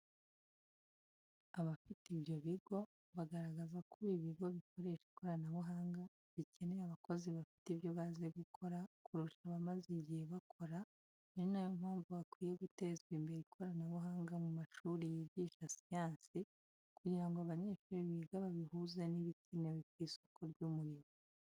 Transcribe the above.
Abafite ibyo bigo bagaragaza ko ubu ibigo bikoresha ikoranabuhanga, bikeneye abakozi bafite ibyo bazi gukora, kurusha abamaze igihe bakora, ari nayo mpamvu hakwiye gutezwa imbere ikoranabuhanga mu mashuri yigisha siyansi, kugira ngo ibyo abanyeshuri biga babihuze n’ibikenewe ku isoko ry’umurimo.